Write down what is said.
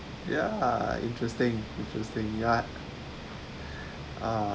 ya interesting interesting ya uh